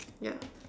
yeah